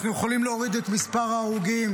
אנחנו יכולים להוריד את מספר ההרוגים,